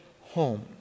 home